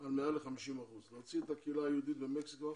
על מעל ל-50%, להוציא את הקהילה היהודית במקסיקו,